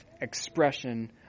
expression